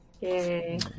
Yay